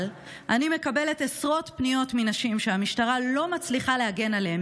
אבל אני מקבלת עשרות פניות מנשים שהמשטרה לא מצליחה להגן עליהן,